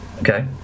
Okay